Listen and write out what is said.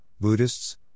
Buddhists